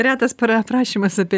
retas per aprašymas apie